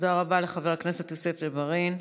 תודה רבה לחבר הכנסת יוסף ג'בארין.